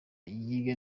yige